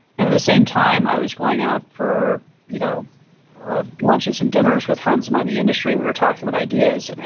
and at the same time, i was going out for you know ah lunches and dinners with friends of mine in the industry, and we were talking about ideas, and